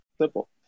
Simple